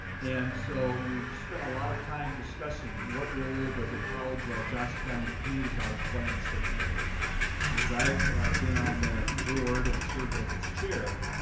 and so we've spent a lot of time discussing what role does a college like johnson county community college play in a state network, and as i've been on that board and served as its chair,